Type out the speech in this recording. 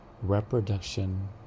Reproduction